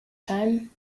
time